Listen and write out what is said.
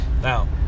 Now